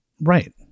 Right